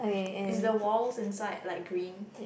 is the walls inside like green